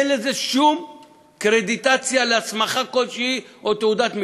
אין לזה שום קרדיטציה של הסמכה כלשהי או תעודת מקצוע.